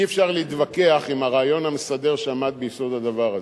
אי-אפשר להתווכח עם הרעיון המסדר שעמד ביסוד הדבר הזה,